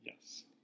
Yes